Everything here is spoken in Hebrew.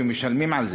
ומשלמים על זה,